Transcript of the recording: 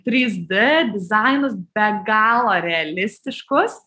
trys d dizainus be galo realistiškus